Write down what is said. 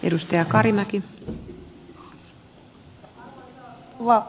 arvoisa rouva puhemies